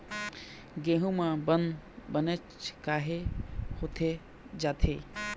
गेहूं म बंद बनेच काहे होथे जाथे?